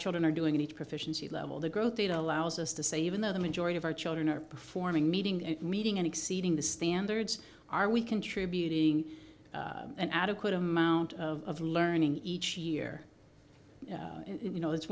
children are doing in each proficiency level the growth rate allows us to say even though the majority of our children are performing meeting the meeting and exceeding the standards are we contributing an adequate amount of learning each year you know